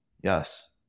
Yes